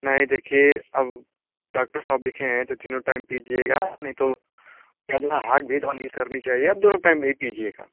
नहीं देखिए अब डाक्टर साहब लिखे हैं तो तीनों टाइम पीजिएगा नहीं तो ज़्यादा हार्ड भी दवा नहीं करनी चाहिए आप दोनों टाइम भी देखिएगा